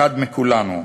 אחד מכולנו.